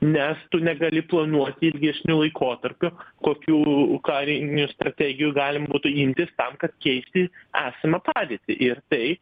nes tu negali planuoti ilgesniu laikotarpiu kokių karinių strategijų galima būtų imtis tam kad keisti esamą pavyzdį ir tai